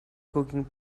cooking